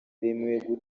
bemerewe